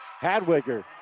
Hadwiger